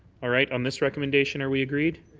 all right. on this recommendation, are we agreed?